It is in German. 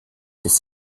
des